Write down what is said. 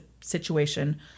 situation